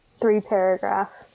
three-paragraph